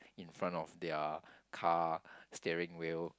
in front of their car steering wheel